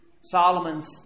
Solomon's